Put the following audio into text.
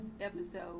episode